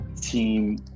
team